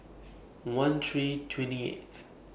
one three twenty eighth